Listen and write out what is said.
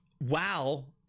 Wow